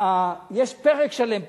יש פרק שלם,